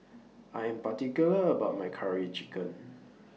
I Am particular about My Curry Chicken